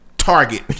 Target